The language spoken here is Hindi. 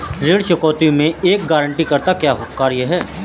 ऋण चुकौती में एक गारंटीकर्ता का क्या कार्य है?